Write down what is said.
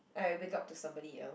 I have wake up to somebody else